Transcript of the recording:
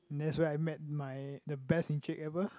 that's when I met my the best Encik ever